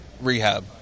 rehab